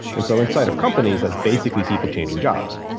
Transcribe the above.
and so inside of companies that's basically people changing jobs.